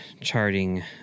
charting